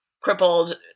crippled